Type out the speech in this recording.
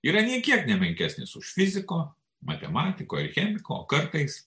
yra nė kiek nemenkesnis už fiziko matematiko ir chemiko o kartais